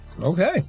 Okay